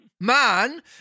Man